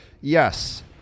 Yes